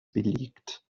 belegt